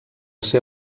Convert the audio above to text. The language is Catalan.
ser